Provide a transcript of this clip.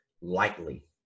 lightly